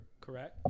correct